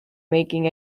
making